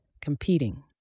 competing